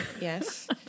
yes